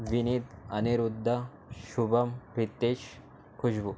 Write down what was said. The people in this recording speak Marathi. विनीत अनिरुद्द शुबम रित्तेश खुशबू